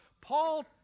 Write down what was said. Paul